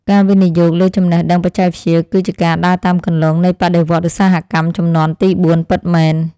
ការវិនិយោគលើចំណេះដឹងបច្ចេកវិទ្យា គឺជាការដើរតាមគន្លងនៃបដិវត្តឧស្សាហកម្មជំនាន់ទីបួនពិតមែន។